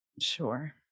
sure